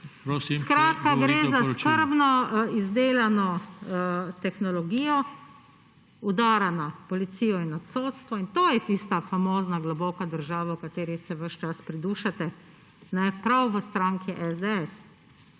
Skratka, gre za skrbno izdelano tehnologijo udara na policijo in na sodstvo in to je tista famozna globoka država, o kateri se ves čas pridušate prav v stranki SDS.